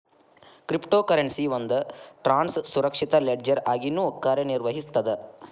crypto currency ಒಂದ್ ಟ್ರಾನ್ಸ್ನ ಸುರಕ್ಷಿತ ಲೆಡ್ಜರ್ ಆಗಿನೂ ಕಾರ್ಯನಿರ್ವಹಿಸ್ತದ